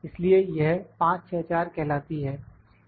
इसलिए यह 5 6 4 कहलाती है